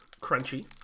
crunchy